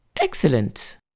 Excellent